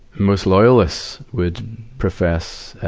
most loyalists would profess, ah,